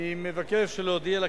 אני מבקש להודיע לכנסת,